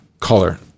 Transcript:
color